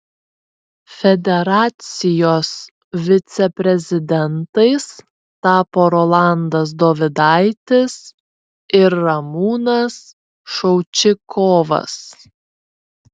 federacijos viceprezidentais tapo rolandas dovidaitis ir ramūnas šaučikovas